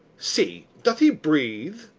see, doth he breathe?